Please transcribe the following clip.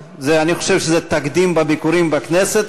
אני חושב שזה תקדים בביקורים בכנסת,